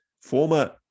former